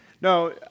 No